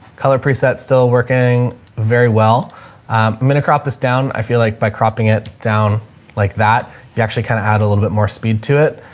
color presets, still working very i mean crop this down. i feel like by cropping it down like that you actually kind of add a little bit more speed to it.